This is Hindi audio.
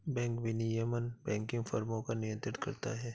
बैंक विनियमन बैंकिंग फ़र्मों को नियंत्रित करता है